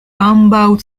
ambaŭ